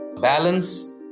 Balance